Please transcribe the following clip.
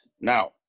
now